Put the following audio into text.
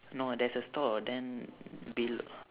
no there's a store then belo~